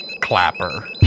Clapper